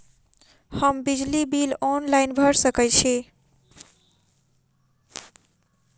हम बिजली bill online भैर सकै छी?